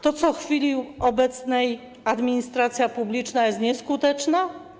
To co, w chwili obecnej administracja publiczna jest nieskuteczna?